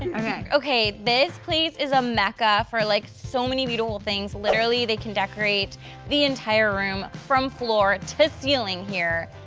okay okay this place is a mecca for like so many beautiful things literally they can decorate the entire room from floor to ceiling here,